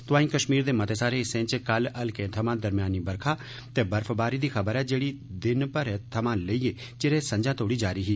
तोआंई कश्मीर दे मते सारे हिस्सें च कल हल्के थमां दरमेयानी बरखा ते बर्फबारी दी खबर ऐ जेड़ी दिन भरै थमां लेईयै चिरै संझा तोड़ी जारी ही